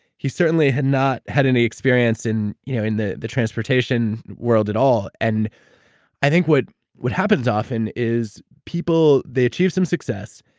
he certainly had not had any experience in you know in the the transportation world at all, and i think what what happens often is, people, they achieve some success,